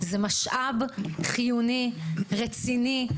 זה משאב חיוני, רציני.